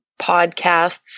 podcasts